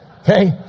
okay